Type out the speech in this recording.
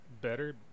better